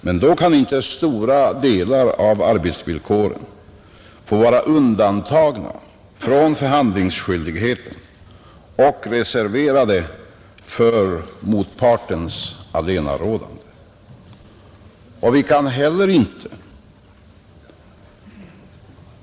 Men då kan inte stora delar av arbetsvillkoren få vara undantagna från förhandlingsskyldigheten och reserverade för motpartens allenarådande.